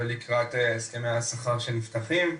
ולקראת הסכמי השכר שנפתחים.